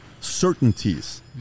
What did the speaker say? Certainties